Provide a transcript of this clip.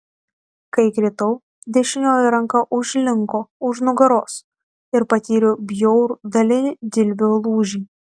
kai kritau dešinioji ranka užlinko už nugaros ir patyriau bjaurų dalinį dilbio lūžį